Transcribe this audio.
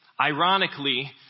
Ironically